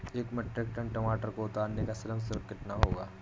एक metric ton टमाटर को उतारने का श्रम शुल्क कितना होगा?